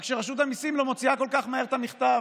רק שרשות המיסים לא מוציאה כל כך מהר את המכתב,